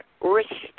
respect